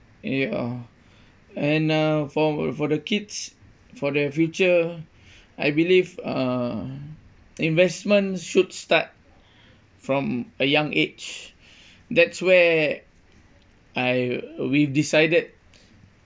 ya and uh for for the kids for their future I believe uh investment should start from a young age that's where I we've decided